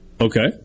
Okay